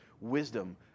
wisdom